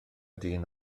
dyn